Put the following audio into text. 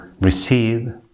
receive